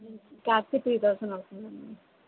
taxi three thousand అవుతుంది అండి